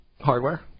hardware